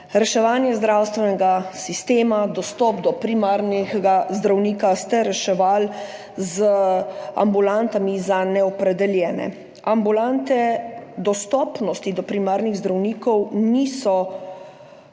reševanje zdravstvenega sistema, dostop do primarnega zdravnika ste reševali z ambulantami za neopredeljene. Ambulante dostopnosti do primarnih zdravnikov niso